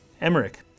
Emmerich